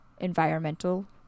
environmental